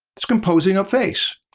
it's composing a face.